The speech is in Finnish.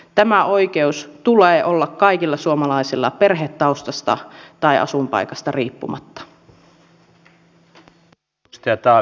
tämä oikeus tulee olla kaikilla suomalaisilla perhetaustasta ja asuinpaikasta riippumatta